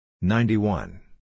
ninety-one